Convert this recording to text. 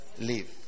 leave